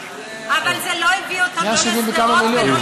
אבל זה לא הביא אותם לא לשדרות ולא לנתיבות,